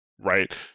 right